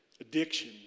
addiction